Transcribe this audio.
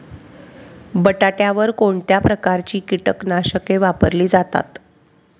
बटाट्यावर कोणत्या प्रकारची कीटकनाशके वापरली जातात?